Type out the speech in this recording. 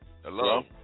Hello